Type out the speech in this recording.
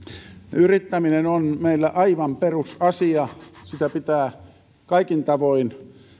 yrittäminen on meillä aivan perusasia sitä pitää kaikin tavoin